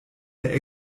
der